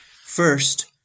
First